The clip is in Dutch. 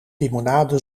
limonade